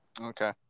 Okay